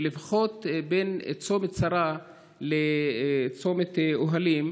לפחות בין צומת שרה לצומת אוהלים,